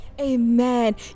Amen